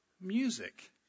music